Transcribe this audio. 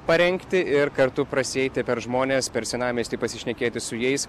parengti ir kartu prasieiti per žmones per senamiestį pasišnekėti su jais